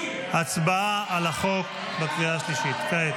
הצבעה על החוק בקריאה השלישית כעת.